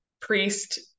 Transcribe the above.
priest